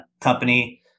company